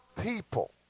people